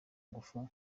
ngufu